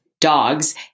dogs